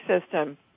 system